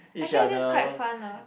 actually this is quite fun lah